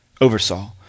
oversaw